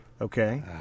Okay